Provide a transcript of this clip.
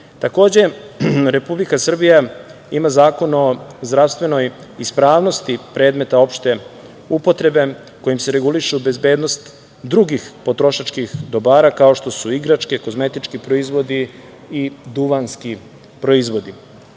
prodaje. Takođe, Republika Srbija ima Zakon o zdravstvenoj ispravnosti predmeta opšte upotrebe, kojim se reguliše bezbednost drugih potrošačkih dobara, kao što su igračke, kozmetički proizvodi i duvanski proizvodi. Ono